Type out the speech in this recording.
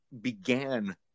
began